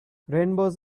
rainbows